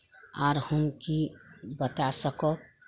आर हम की बता सकब